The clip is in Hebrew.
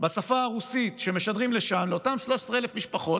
בשפה הרוסית שמשדרים לאותן 13,000 משפחות: